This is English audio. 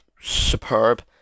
superb